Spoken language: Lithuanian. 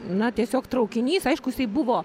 na tiesiog traukinys aišku jisai buvo